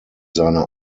seine